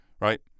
right